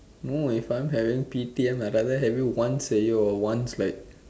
no if I'm having P_T_M I doesn't have it once year or once like